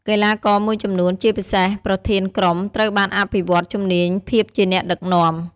កីឡាករមួយចំនួន ជាពិសេសប្រធានក្រុម ត្រូវបានអភិវឌ្ឍជំនាញភាពជាអ្នកដឹកនាំ។